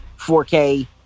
4K